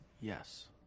Yes